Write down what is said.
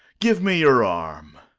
give me your arm.